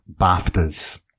BAFTAs